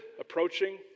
approaching